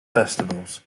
festivals